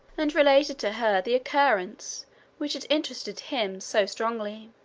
and related to her the occurrence which had interested him so strongly.